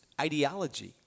ideology